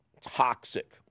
toxic